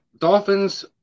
Dolphins